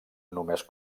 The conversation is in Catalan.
només